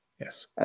yes